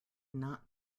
not